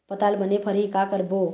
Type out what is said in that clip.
पताल बने फरही का करबो?